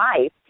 life